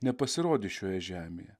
nepasirodys šioje žemėje